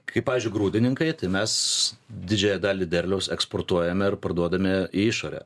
kaip pavyzdžiui grūdininkai tai mes didžiąją dalį derliaus eksportuojame ir parduodame į išorę